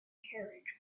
carriage